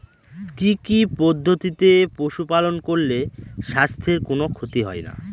কি কি পদ্ধতিতে পশু পালন করলে স্বাস্থ্যের কোন ক্ষতি হয় না?